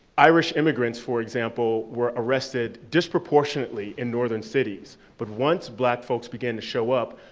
irish immigrants, for example, were arrested disproportionately in northern cities, but once black folks began to show up,